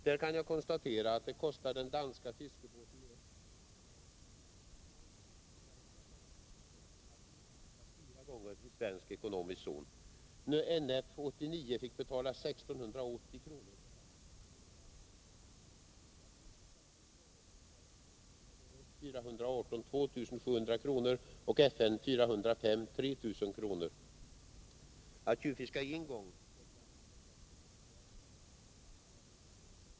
Där kan jag konstatera att det har kostat den danska fiskebåten S 189 2 450 kr. att tjuvfiska fyra gånger i svensk ekonomisk zon. NF 89 fick betala 1 680 kr. för motsvarande förseelse — alltså fyra gånger. Att tjuvfiska tre gånger i svensk zon kostade S 418 2 700 kr. och FN 405 3 000 kr. Att tjuvfiska en gång kostade t.ex. R 197 400 kr. och R 101 500 kr.